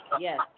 Yes